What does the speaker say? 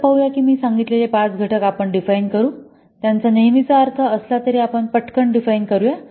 आता पाहूया की मी सांगितलेले पाच घटक आपण डिफाइन करू त्यांचा नेहमीचा अर्थ असला तरी आपण पटकन डिफाइन करू या